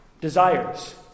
desires